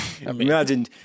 Imagine